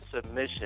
submission